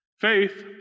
Faith